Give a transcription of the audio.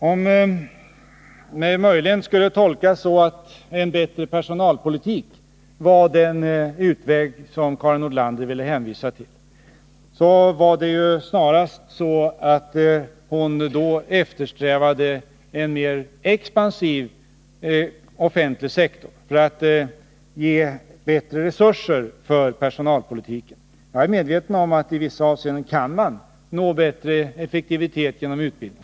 Skall det Karin Nordlander säger möjligen tolkas så, att en bättre personalpolitik är den utväg hon vill anvisa? Men det är ju snarast så, att hon eftersträvar en mer expansiv offentlig sektor för att ge bättre resurser för personalpolitiken. Jag är medveten om att man i vissa avseenden kan nå bättre effektivitet genom utvidgning.